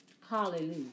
Hallelujah